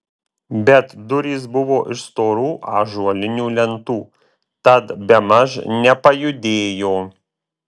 bet durys buvo iš storų ąžuolinių lentų tad bemaž nepajudėjo